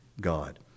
God